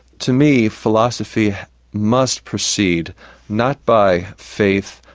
to me, philosophy must proceed not by faith,